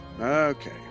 Okay